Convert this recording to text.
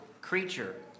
creature